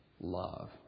Love